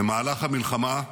במהלך המלחמה,